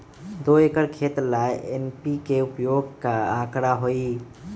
दो एकर खेत ला एन.पी.के उपयोग के का आंकड़ा होई?